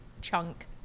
chunk